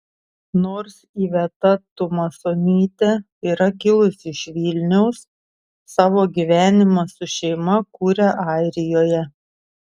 nors iveta tumasonytė yra kilusi iš vilniaus savo gyvenimą su šeima kuria airijoje